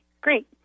great